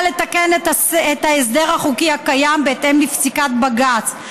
לתקן את ההסדר החוקי הקיים בהתאם לפסיקת בג"ץ,